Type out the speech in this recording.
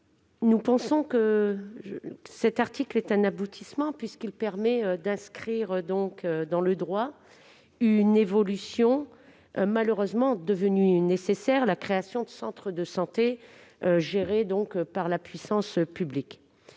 Nous pensons que cet article est un aboutissement, puisqu'il permet d'inscrire dans le droit une évolution malheureusement devenue nécessaire : la création de centres de santé gérés par la puissance publique.